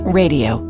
radio